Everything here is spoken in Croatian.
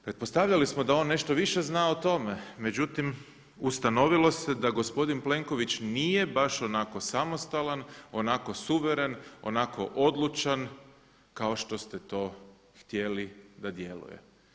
Pretpostavljali smo da on nešto više zna o tome, međutim ustanovilo se da gospodin Plenković nije baš onako samostalan, onako suveren, onako odlučan kao što ste to htjeli da djeluje.